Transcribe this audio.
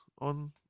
on